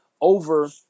over